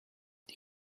die